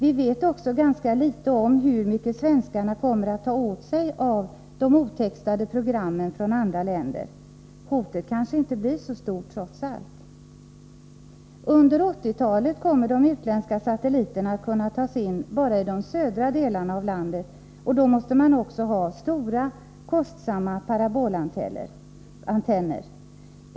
Vi vet också ganska litet om hur mycket svenskarna kommer att ta åt sig av de otextade programmen från andra länder. Hotet kanske inte blir så stort, trots allt. Under 1980-talet kommer de utländska satellitprogrammen att kunna tas in bara i de södra delarna av landet, och då måste man också ha stora, kostsamma parabolantenner.